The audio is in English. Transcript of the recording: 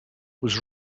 was